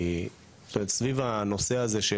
כי סביב הנושא הזה,